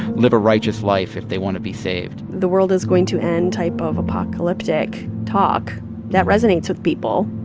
live a righteous life if they want to be saved the world is going to end type of apocalyptic talk that resonates with people.